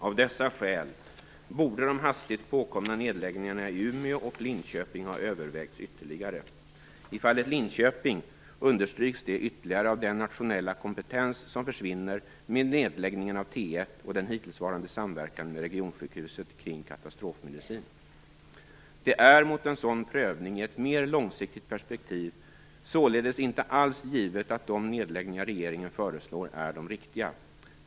Av dessa skäl borde de hastigt påkomna nedläggningarna i Umeå och Linköping ha övervägts ytterligare. I fallet Linköping understryks det ytterligare av den nationella kompetens som försvinner med nedläggningen av T 1 och den hittillsvarande samverkan med Regionsjukhuset kring katastrofmedicin. Det är mot en sådan prövning i ett mer långsiktigt perspektiv således inte alls givet att de nedläggningar regeringen föreslår är de riktiga.